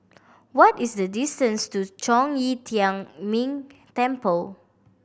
what is the distance to Zhong Yi Tian Ming Temple